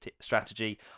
strategy